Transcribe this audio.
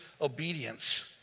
obedience